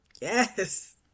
Yes